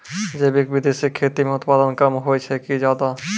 जैविक विधि से खेती म उत्पादन कम होय छै कि ज्यादा?